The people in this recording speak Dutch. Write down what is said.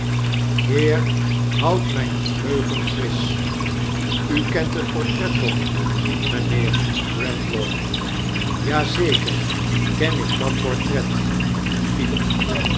heer horori mijn geheugen firisch u kent het portret toc'li mijnheer redjaw ja zeker ken ik dat portret phiffip